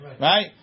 Right